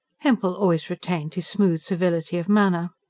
hempel always retained his smooth servility of manner.